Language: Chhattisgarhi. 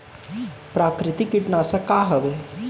प्राकृतिक कीटनाशक का हवे?